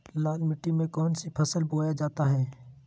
लाल मिट्टी में कौन सी फसल बोया जाता हैं?